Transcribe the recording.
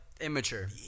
immature